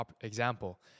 example